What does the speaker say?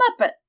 Muppet